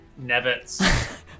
nevets